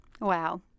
Wow